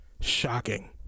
Shocking